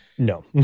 No